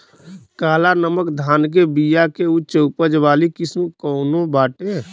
काला नमक धान के बिया के उच्च उपज वाली किस्म कौनो बाटे?